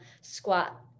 squat